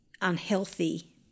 unhealthy